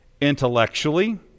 intellectually